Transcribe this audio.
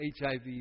HIV